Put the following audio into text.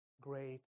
great